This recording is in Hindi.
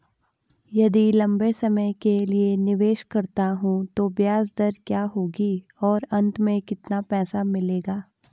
यदि लंबे समय के लिए निवेश करता हूँ तो ब्याज दर क्या होगी और अंत में कितना पैसा मिलेगा?